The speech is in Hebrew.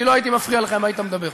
אני לא הייתי מפריע לך אם היית מדבר.